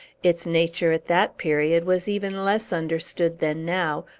its nature at that period was even less understood than now,